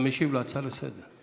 אתה משיב על ההצעה לסדר-היום.